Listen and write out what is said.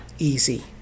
easy